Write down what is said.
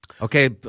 okay